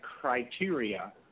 criteria